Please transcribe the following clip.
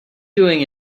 doing